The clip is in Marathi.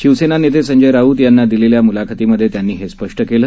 शिवसेना नेते संजय राऊत यांना दिलेल्या म्लाखतीमधे त्यांनी हे स्पष्ट केलं